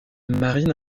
marine